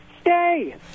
stay